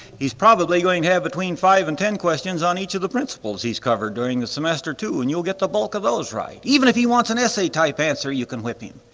he's probably going to have between five and ten questions on each of the principles he's covered during the semester too and you'll get the bulk of those right, even if he wants an essay type answer you can whip him.